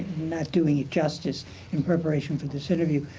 not doing it justice in preparation for this interview.